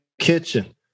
kitchen